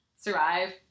survive